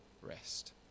rest